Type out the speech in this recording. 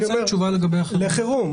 אני נותן תשובה לגבי החירום.